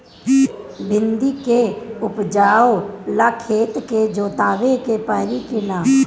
भिंदी के उपजाव ला खेत के जोतावे के परी कि ना?